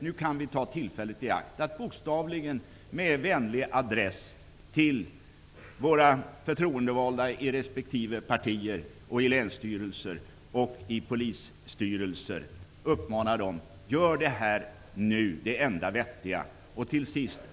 Nu kan vi ta tillfället i akt att bokstavligen uppmana våra förtroendevalda i respektive partier och i länsstyrelser och polisstyrelser att göra det enda vettiga.